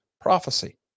prophecy